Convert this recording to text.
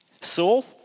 Saul